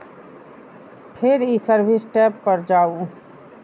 फेर ई service tab पर जाउ